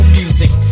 music